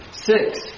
six